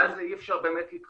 מעל זה אי-אפשר באמת להתחרות.